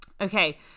Okay